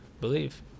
believe